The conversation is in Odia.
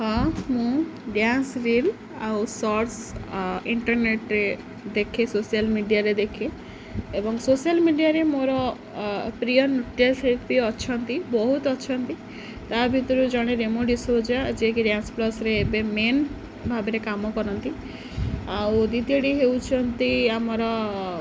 ହଁ ମୁଁ ଡ୍ୟାନ୍ସ ରିଲ୍ ଆଉ ସର୍ଟସ୍ ଇଣ୍ଟରନେଟ୍ରେ ଦେଖେ ସୋସିଆଲ୍ ମିଡ଼ିଆରେ ଦେଖେ ଏବଂ ସୋସିଆଲ୍ ମିଡ଼ିଆରେ ମୋର ପ୍ରିୟ ନୃତ୍ୟଶିଳ୍ପୀ ଅଛନ୍ତି ବହୁତ ଅଛନ୍ତି ତା' ଭିତରୁ ଜଣେ ରେମୋ ଡିସୋଜା ଯିଏକି ଡ୍ୟାନ୍ସ ପ୍ଲସ୍ରେ ଏବେ ମେନ୍ ଭାବରେ କାମ କରନ୍ତି ଆଉ ଦ୍ଵିତୀୟଟି ହେଉଛନ୍ତି ଆମର